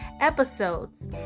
episodes